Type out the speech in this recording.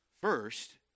First